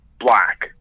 black